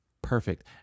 Perfect